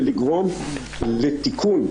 ולגרום לתיקון,